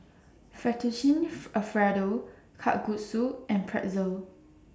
Fettuccine Alfredo Kalguksu and Pretzel